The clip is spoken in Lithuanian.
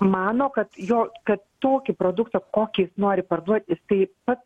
mano kad jo kad tokį produktą kokį nori parduoti ir taip pat